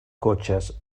cotxes